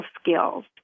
skills